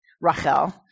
Rachel